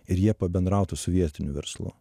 ir jie pabendrautų su vietiniu verslu